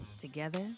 together